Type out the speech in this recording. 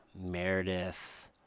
Meredith